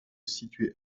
situé